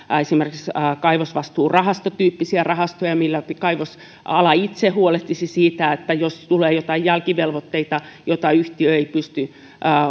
esimerkiksi kaivosvastuurahaston tyyppisiä rahastoja millä kaivosala itse huolehtisi siitä että jos tulee joitain jälkivelvoitteita joista yhtiö ei pysty